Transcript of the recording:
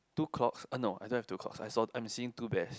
two clocks uh no I don't have two clocks I saw I'm seeing two bears